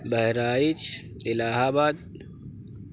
بہرائچ الہ آباد